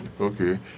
Okay